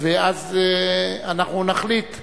ואז אנחנו נחליט,